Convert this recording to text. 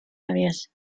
areas